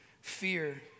fear